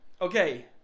Okay